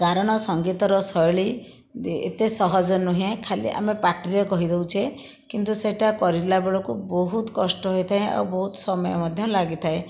କାରଣ ସଙ୍ଗୀତର ଶୈଳୀ ଏତେ ସହଜ ନୁହେଁ ଖାଲି ଆମେ ପାଟିରେ କହିଦେଉଛେ କିନ୍ତୁ ସେହିଟା କରିଲା ବେଳକୁ ବହୁତ କଷ୍ଟ ହୋଇଥାଏ ଆଉ ବହୁତ ସମୟ ମଧ୍ୟ ଲାଗିଥାଏ